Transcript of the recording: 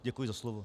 Děkuji za slovo.